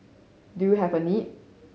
do you have a need